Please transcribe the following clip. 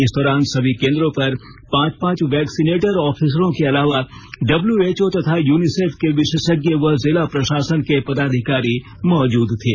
इस दौरान सभी केंद्रों पर पांच पांच वैक्सीनेटर ऑफिसरों के अलावा डब्ल्यूएचओ तथा यूनिसेफ के विशेषज्ञ व जिला प्रशासन के पदाधिकारी मौजूद थे